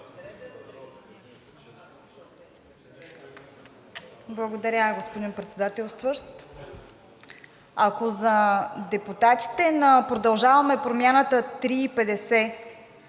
Благодаря, господин Председателстващ. Ако за депутатите на „Продължаваме Промяната“ 3,50